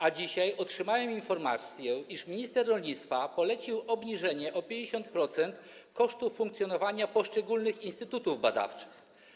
A dzisiaj otrzymałem informację, iż minister rolnictwa polecił obniżenie o 50% kosztów funkcjonowania poszczególnych instytutów badawczych.